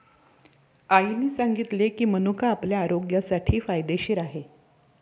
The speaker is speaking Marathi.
आईने सांगितले की, मनुका आपल्या आरोग्यासाठी फायदेशीर आहे